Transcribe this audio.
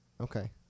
Okay